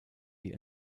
die